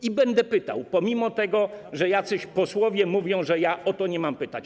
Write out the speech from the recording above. I będę pytał pomimo tego, że jacyś posłowie mówią, że ja o to nie mam pytać.